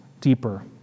deeper